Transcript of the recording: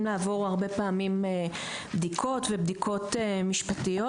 לעבור הרבה פעמים בדיקות ובדיקות משפטיות.